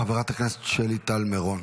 חברת הכנסת שלי טל מירון.